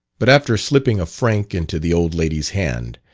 but after slipping a franc into the old lady's hand,